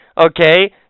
Okay